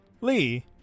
lee